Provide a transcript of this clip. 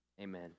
amen